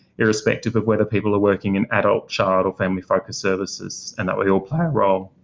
irrespective of whether people are working in adult, child or family focused services and that we all play a role.